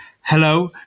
hello